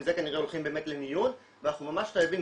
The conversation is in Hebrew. עם זה כנראה הולכים באמת למיון ואנחנו ממש חייבים